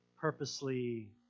purposely